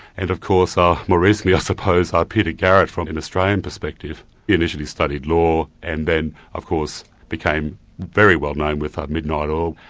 and of course ah more recently i suppose, ah peter garrett, from an australian perspective, who initially studied law and then of course became very well known with um midnight oil,